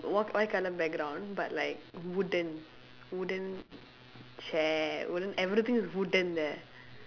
whi~ white colour background but like wooden wooden chair wooden everything is wooden there